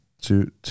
two